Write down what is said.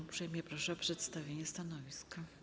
Uprzejmie proszę o przedstawienie stanowiska.